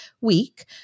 week